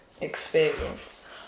experience